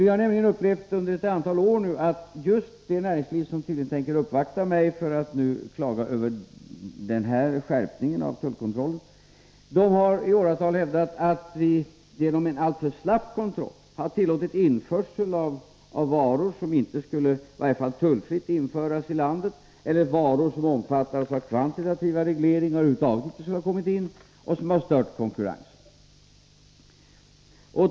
Vi har nämligen under ett antal år upplevt att just det näringsliv som tydligen tänker uppvakta mig för att klaga över skärpningen av tullkontrollen i åratal har hävdat att vi genom en alltför slapp kontroll har tillåtit införsel av varor som i varje fall inte skulle införas tullfritt i landet eller av varor som omfattas av kvantitativa regleringar och över huvud taget inte skulle ha kommit in och som har stört konkurrensen.